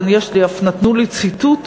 כאן אף נתנו לי ציטוט,